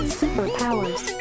superpowers